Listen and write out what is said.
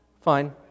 Fine